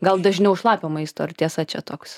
gal dažniau šlapio maisto ar tiesa čia toks